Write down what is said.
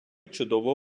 чудово